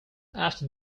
after